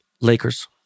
Lakers